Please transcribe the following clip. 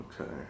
Okay